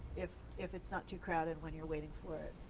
if if it's not too crowded when you're waiting for it,